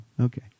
okay